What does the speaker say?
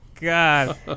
God